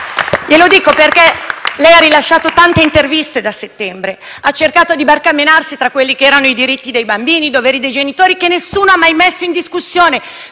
Lo dico perché lei ha rilasciato tante interviste, da settembre, ha cercato di barcamenarsi tra quelli che erano i diritti dei bambini e i doveri dei genitori, che nessuno ha mai messo in discussione,